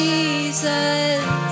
Jesus